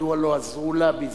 מדוע לא עזרו לה בזמנו.